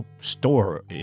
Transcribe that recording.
store